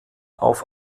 auf